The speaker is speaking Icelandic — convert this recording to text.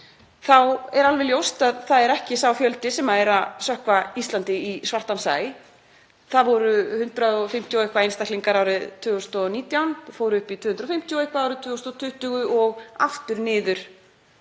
er alveg ljóst að það er ekki sá fjöldi sem er að sökkva Íslandi í svartan sæ. Það voru rúmlega 150 einstaklingar árið 2019, fóru upp í rúmlega 250 árið 2020 og aftur niður